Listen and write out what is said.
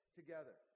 together